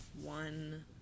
one